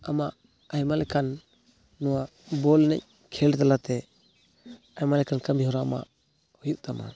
ᱟᱢᱟᱜ ᱟᱭᱢᱟ ᱞᱮᱠᱟᱱ ᱱᱚᱣᱟ ᱵᱚᱞ ᱮᱱᱮᱡ ᱠᱷᱮᱞ ᱛᱟᱞᱟᱛᱮ ᱟᱭᱢᱟ ᱞᱮᱠᱟᱱ ᱠᱟᱹᱢᱤᱦᱚᱨᱟ ᱟᱢᱟᱜ ᱦᱩᱭᱩᱜ ᱛᱟᱢᱟ